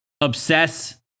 obsess